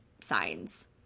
signs